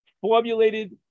formulated